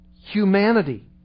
humanity